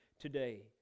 today